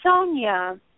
Sonia